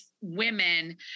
women